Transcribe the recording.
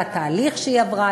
על התהליך שהיא עברה,